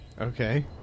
Okay